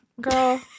girl